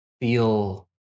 Feel